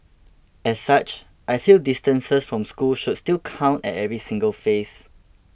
as such I feel distances from school should still count at every single phase